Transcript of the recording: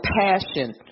passion